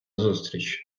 зустріч